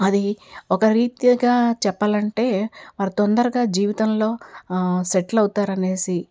అది ఒక రీతిగా చెప్పాలంటే మరి తొందరగా జీవితంలో సెటిల్ అవుతారు అనేసి